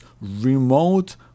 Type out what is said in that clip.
remote